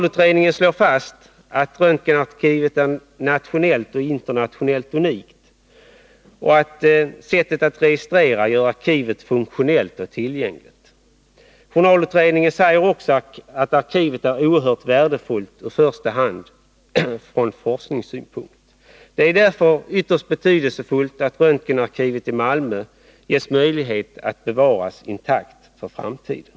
Utredningen slår fast att röntgenarkivet är nationellt och internationellt unikt och att sättet att registrera gör arkivet funktionellt och tillgängligt. Utredningen finner också att arkivet är oerhört värdefullt ur i första hand forskningssynpunkt. Det är därför ytterst betydelsefullt att röntgenarkivet i Malmö kan bevaras intakt för framtiden.